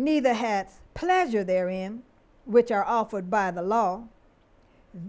neither has pleasure there in which are offered by the law